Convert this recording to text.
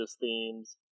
themes